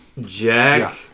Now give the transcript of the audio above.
Jack